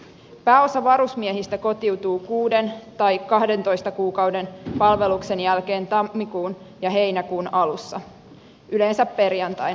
pääosa varusmiehistä kotiutuu kuuden tai kahdentoista kuukauden palveluksen jälkeen tammikuun tai heinäkuun alussa yleensä perjantaina